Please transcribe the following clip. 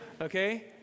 okay